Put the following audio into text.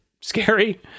scary